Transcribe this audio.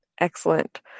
Excellent